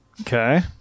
Okay